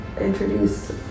introduce